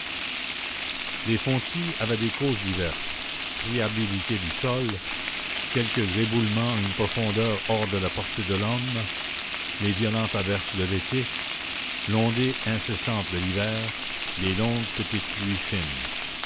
les fontis avaient des causes diverses friabilité du sol quelque éboulement à une profondeur hors de la portée de l'homme les violentes averses de l'été l'ondée incessante de l'hiver les longues petites pluies fines